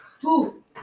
Two